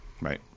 Right